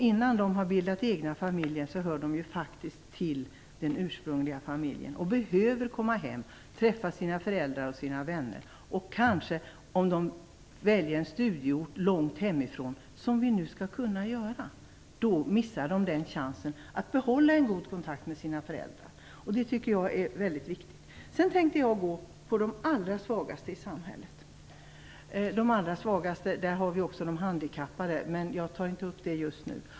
Innan de har bildat egna familjer hör de faktiskt till den ursprungliga familjen. De behöver komma hem och träffa sina föräldrar och vänner. Om de väljer en studieort långt hemifrån, vilket vi nu skall kunna göra, missar de chansen att behålla en god kontakt med sina föräldrar. Det här tycker jag är mycket viktigt. Jag skall nu tala om de allra svagaste i samhället. Till de allra svagaste hör även de handikappade, men jag tar inte upp den gruppen just nu.